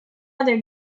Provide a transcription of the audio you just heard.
other